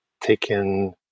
taken